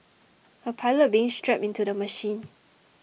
a pilot being strapped into the machine